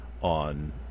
on